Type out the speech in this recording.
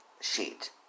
sheet